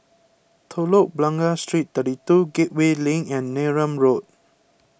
Telok Blangah Street thirty two Gateway Link and Neram Road